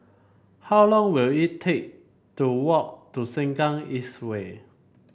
how long will it take to walk to Sengkang East Way